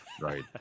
right